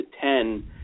ten